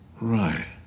Right